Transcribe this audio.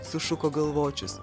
sušuko galvočius